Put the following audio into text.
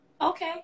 Okay